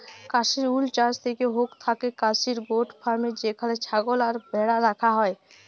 Kashmir wool চাস হৌক থাকেক কাশ্মির গোট ফার্মে যেখানে ছাগল আর ভ্যাড়া রাখা হয়